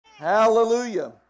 Hallelujah